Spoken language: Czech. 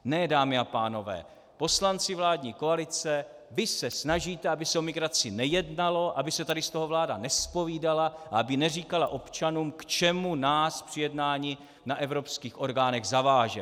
Ne, dámy a pánové, poslanci vládní koalice, vy se snažíte, aby se o migraci nejednalo, aby se tady z toho vláda nezpovídala a aby neříkala občanům, k čemu nás při jednání na evropských orgánech zaváže.